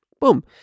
boom